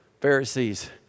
Pharisees